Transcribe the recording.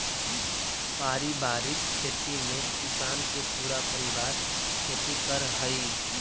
पारिवारिक खेती में किसान के पूरा परिवार खेती करऽ हइ